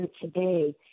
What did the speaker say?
today